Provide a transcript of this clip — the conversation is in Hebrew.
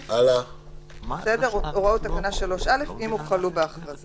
אז ההוראות בתקנות אלה אינן באות לגרוע ממה